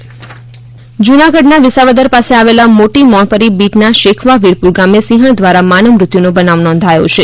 સિંહ્ણ માનવ મૃત્યુ જુનાગઢના વિસાવદર પાસે આવેલા મોટી મોણપરી બીટના શેખવા વિરપુર ગામે સિંહણ દ્વારા માનવ મૃત્યુનો બનાવ નોંધાયો છે